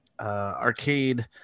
arcade